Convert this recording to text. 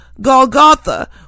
Golgotha